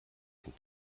den